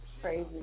crazy